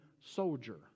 soldier